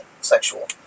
sexual